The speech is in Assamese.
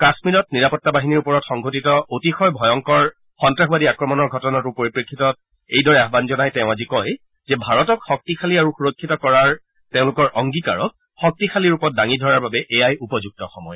কাম্মীৰত নিৰাপত্তা বাহিনীৰ ওপৰত সংঘটিত অতিশয় ভয়ংকৰ সন্তাসবাদী আক্ৰমণৰ ঘটনাটোৰ পৰিপ্ৰেক্ষিতত এইদৰে আহান জনাই তেওঁ আজি কয় যে ভাৰতক শক্তিশালী আৰু সুৰক্ষিত কৰাৰ তেওঁলোকৰ অংগীকাৰক শক্তিশালী ৰূপত দাঙি ধৰাৰ বাবে এয়াই উপযুক্ত সময়